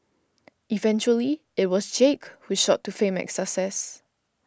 eventually it was Jake who shot to fame and success